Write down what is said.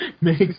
makes